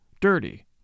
dirty